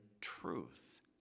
truth